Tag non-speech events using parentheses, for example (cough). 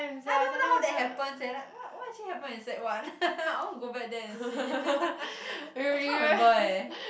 I don't even know how that happens leh like what what actually happen in sec one (laughs) I want to go back there and see (laughs) I cannot remember eh